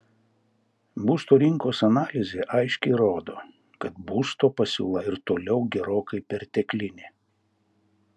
būsto rinkos analizė aiškiai rodo kad būsto pasiūla ir toliau gerokai perteklinė